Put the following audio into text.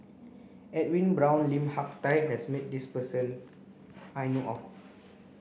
Edwin Brown Lim Hak Tai has met this person I know of